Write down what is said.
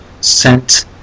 sent